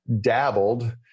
dabbled